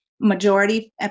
majority